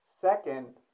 Second